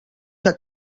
que